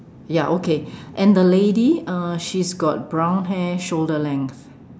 ya okay and the lady uh she's got brown hair shoulder length